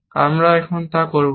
আমরা এখানে তা করব না